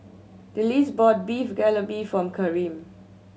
Delcie bought Beef Galbi for Karim